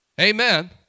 Amen